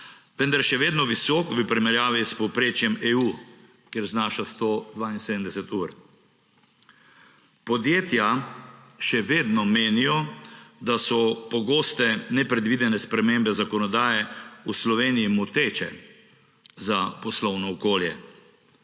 vendar je še vedno visok v primerjavi s povprečjem EU, kjer znaša 172 ur. Podjetja še vedno menijo, da so pogoste nepredvidene spremembe zakonodaje v Sloveniji moteče za poslovno okolje.